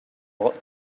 lot